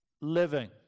living